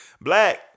Black